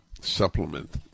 supplement